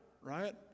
right